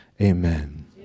Amen